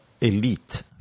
elite